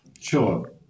Sure